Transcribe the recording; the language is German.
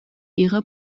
ihre